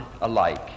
alike